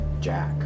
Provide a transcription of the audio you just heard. Jack